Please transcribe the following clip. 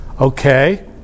Okay